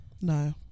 No